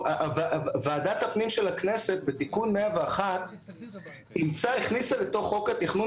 ועדת הפנים של הכנסת בתיקון 101 הכניסה לתוך חוק התכנון